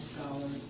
scholars